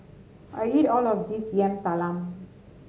I eat all of this Yam Talam